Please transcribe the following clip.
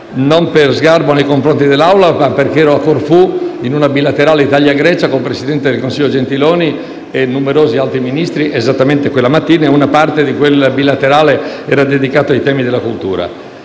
uno sgarbo nei confronti dell'Assemblea, ma ero a Corfù in una bilaterale Italia-Grecia con il presidente del Consiglio Gentiloni Silveri e numerosi altri Ministri esattamente quella mattina e una parte di quell'incontro bilaterale era dedicato ai temi della cultura.